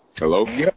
Hello